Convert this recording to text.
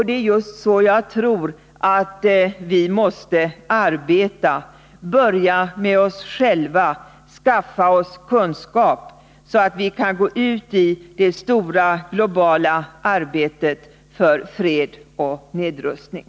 Det är just så jag tror att vi måste arbeta: börja med oss själva, skaffa oss kunskap, så att vi kan gå ut i det stora globala arbetet för fred och nedrustning.